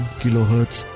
kilohertz